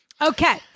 Okay